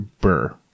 burr